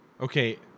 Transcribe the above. Okay